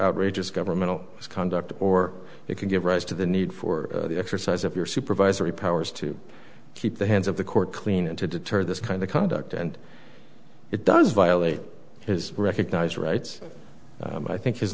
outrageous governmental conduct or it can give rise to the need for the exercise of your supervisory powers to keep the hands of the court clean and to deter this kind of conduct and it does violate his recognized rights i think his